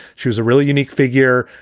she was a really unique figure.